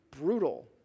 brutal